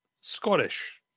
Scottish